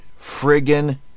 friggin